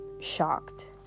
shocked